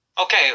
Okay